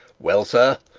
well, sir,